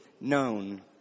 known